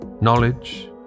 knowledge